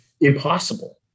impossible